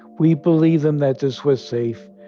we believed them that this was safe.